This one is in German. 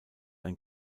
ein